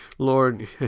Lord